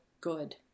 good